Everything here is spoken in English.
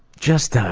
just,